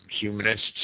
humanists